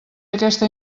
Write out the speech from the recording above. aquesta